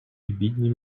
бідні